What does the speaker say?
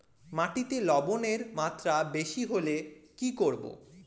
মাটিতে লবণের মাত্রা বেশি হলে কি করব?